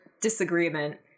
disagreement